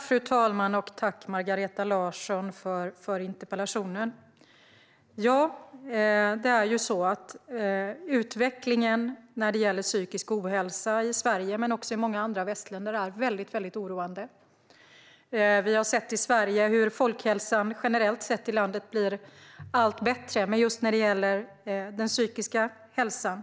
Fru talman! Tack, Margareta Larsson, för interpellationen! Utvecklingen när det gäller psykisk ohälsa, både i Sverige och i många andra västländer, är väldigt oroande. I Sverige har vi sett hur folkhälsan generellt blir allt bättre, men när det gäller just den psykiska ohälsan